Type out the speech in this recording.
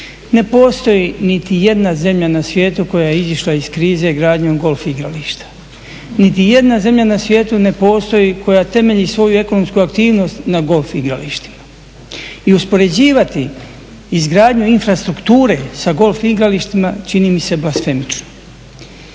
Ne postoji niti jedna zemlja na svijetu koja je izišla iz krize gradnjom golf igrališta. Niti jedna zemlja na svijetu ne postoji koja temelji svoju ekonomsku aktivnost na golf igralištima. I uspoređivati izgradnju infrastrukture sa golf igralištima čini mi se …/Govornik